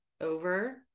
over